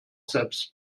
selbst